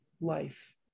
life